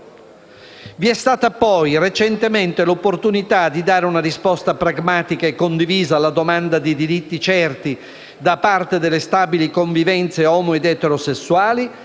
Vi è stata poi recentemente l'opportunità di dare una risposta pragmatica e condivisa alla domanda di diritti certi da parte delle stabili convivenze omo ed eterosessuali,